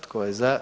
Tko je za?